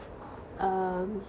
um